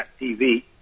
TV